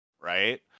right